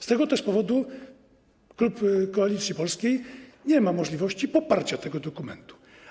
Z tego też powodu klub Koalicji Polskiej nie ma możliwości poparcia tego dokumentu.